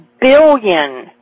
billion